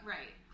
Right